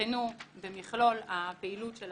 יבחנו במכלול הפעילות של